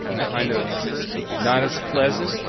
kind of not as pleasant.